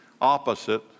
opposite